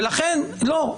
ולכן --- לא,